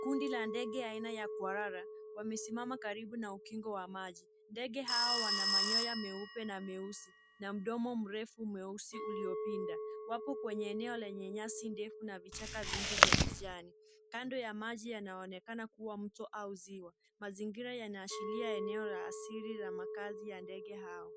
Kundi la ndege aina ya kwarara, wamesimama karibu na ukingo wa maji. Ndege hao wana manyoya meupe na meusi na mdomo mrefu mweusi uliopinda. Wapo kwenye eneo lenye nyasi ndefu na vichaka vingi vya kijani. Kando ya maji yanaonekana kuwa mto au ziwa. Mazingira yanaashiria eneo la asili la makaazi ya ndege hao.